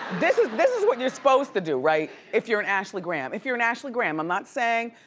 this is this is what you're suppose to do, right, if you're an ashley graham. if you're an ashley graham, i'm not saying,